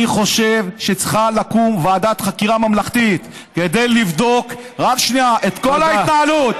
אני חושב שצריכה לקום ועדת חקירה ממלכתית כדי לבדוק את כל ההתנהלות,